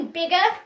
bigger